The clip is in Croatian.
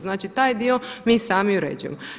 Znači taj dio mi sami uređujemo.